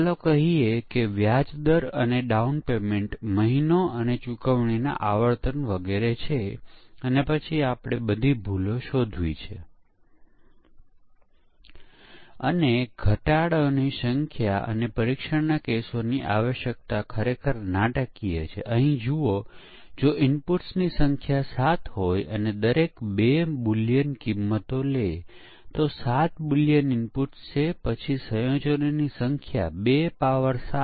તેથી કોઈએ 3 2 4 3 5 1 વગેરે સાથે પરીક્ષણ કર્યું છે આવા સેંકડો પરીક્ષણના કેસો વપરાય પરંતુ તે આ ભૂલને ખુલ્લી પાડશે નહીં કારણ કે દરેક વખતે ફક્ત એક જ નિવેદન એક્ઝિક્યુટ કરવામાં આવે છે અન્ય નિવેદન ચલાવવામાં આવ્યું નથી